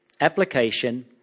Application